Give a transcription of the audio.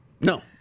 No